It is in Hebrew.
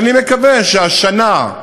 אני מקווה שהשנה,